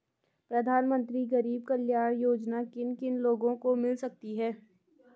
प्रधानमंत्री गरीब कल्याण योजना किन किन लोगों को मिल सकती है?